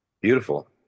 beautiful